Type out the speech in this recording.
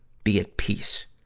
be at peace,